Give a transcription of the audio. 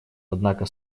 однако